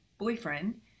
boyfriend